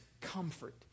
comfort